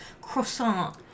croissant